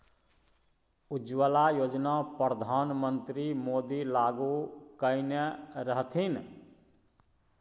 उज्जवला योजना परधान मन्त्री मोदी लागू कएने रहथिन